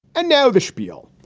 and now the spiel,